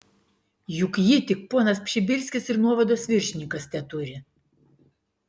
juk jį tik ponas pšibilskis ir nuovados viršininkas teturi